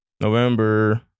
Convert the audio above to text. November